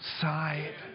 side